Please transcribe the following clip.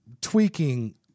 tweaking